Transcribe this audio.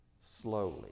slowly